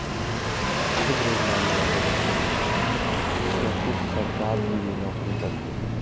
बहुत अच्छे ग्रेड लाने वाले बच्चे कैसे सरकार के लिए नौकरी करते हैं